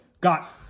got